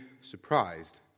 surprised